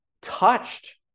touched